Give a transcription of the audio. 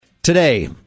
Today